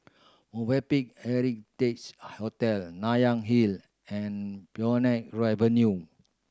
Movenpick Heritages Hotel Nanyang Hill and Phoenix Avenue